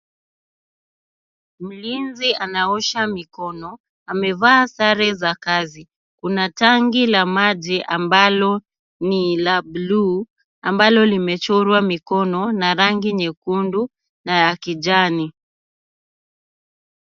Mlinzi anaosha mikono amevaa sare za kazi. Kuna tanki la maji ambalo ni la buluu ambalo limechorwa mikono na rangi nyekundu na ya kijani.